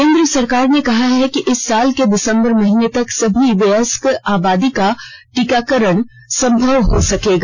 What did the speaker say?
केंद्र सरकार ने कहा है कि इस साल के दिसंबर महीने तक सभी वयस्क आबादी का टीकाकरण संभव हो सकेगा